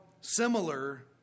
similar